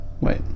wait